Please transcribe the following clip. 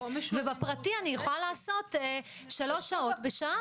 ובפרטי אני יכולה לעשות שלוש שעות בשעה.